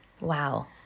Wow